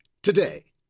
Today